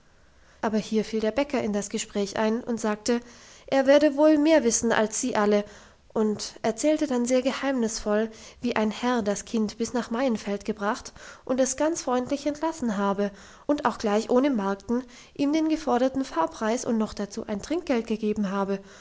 aber hier fiel der bäcker in das gespräch ein und sagte er werde wohl mehr wissen als sie alle und erzählte dann sehr geheimnisvoll wie ein herr das kind bis nach maienfeld gebracht und es ganz freundlich entlassen habe und auch gleich ohne markten ihm den geforderten fahrpreis und dazu noch ein trinkgeld gegeben habe